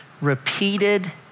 repeated